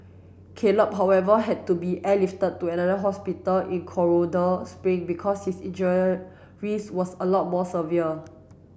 Caleb however had to be airlifted to another hospital in Colorado Spring because his injuries was a lot more severe